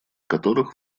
которых